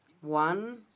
one